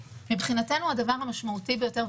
מבחינתנו הדבר המשמעותי ביותר,